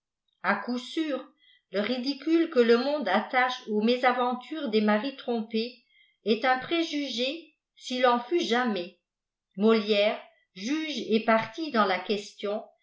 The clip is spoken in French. a coup sûr le ridicule que le monde attache aux mésaventures des mari trompés est un préjugé s'il en fut jamais molière juge et partie dans la question